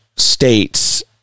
states